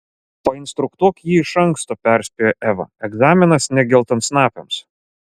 painstruktuok jį iš anksto perspėjo eva egzaminas ne geltonsnapiams